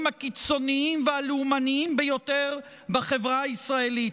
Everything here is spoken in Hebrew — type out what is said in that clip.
הקיצוניים ביותר והלאומניים ביותר בחברה הישראלית,